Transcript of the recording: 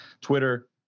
Twitter